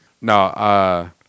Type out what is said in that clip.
No